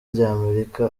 ry’amerika